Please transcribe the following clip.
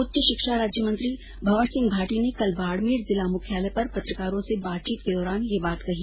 उच्च शिक्षा राज्यमंत्री भंवर सिंह भाटी ने कल बाडमेर जिला मुख्यालय पर पत्रकारों से बातचीत के दौरान ये बात कही